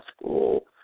school